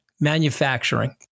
Manufacturing